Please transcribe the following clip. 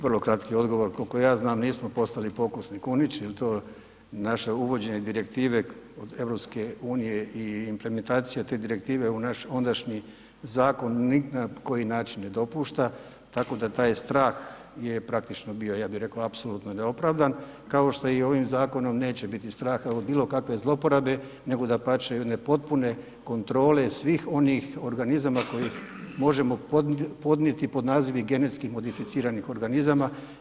Vrlo kratki odgovor, koliko ja znam, nismo postali pokusni kunići jer to naše uvođenje direktive od EU i implementacija te direktive u naš ondašnji zakon ni na koji način ne dopušta, tako da taj strah je praktično bio, ja bih rekao apsolutno neopravdan, kao što i ovim zakonom neće biti straha od bilo kakve zlouporabe, nego dapače, jedne potpune kontrole svih onih organizama koje možemo podnijeti pod nazivom genetski modificiranih organizama.